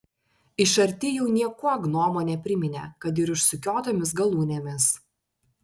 iš arti jau niekuo gnomo nepriminė kad ir išsukiotomis galūnėmis